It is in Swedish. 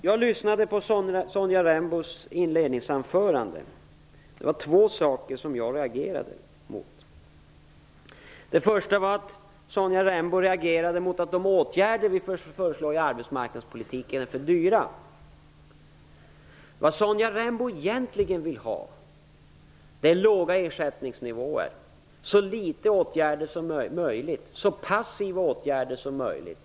Jag lyssnade på Sonja Rembos inledningsanförande. Det var två saker som jag reagerade emot. Det första var att Sonja Rembo reagerade mot att de åtgärder vi föreslår i arbetsmarknadspolitiken är för dyra. Vad Sonja Rembo egentligen vill ha är låga ersättningsnivåer och så få och passiva åtgärder som möjligt.